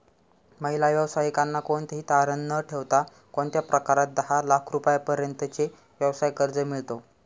महिला व्यावसायिकांना कोणतेही तारण न ठेवता कोणत्या प्रकारात दहा लाख रुपयांपर्यंतचे व्यवसाय कर्ज मिळतो?